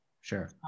Sure